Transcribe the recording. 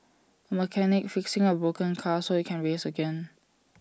A mechanic fixing A broken car so IT can race again